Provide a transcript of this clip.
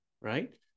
right